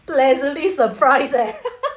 pleasantly surprised leh